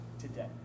today